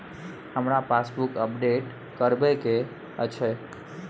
हमरा passbook update करैबे के अएछ?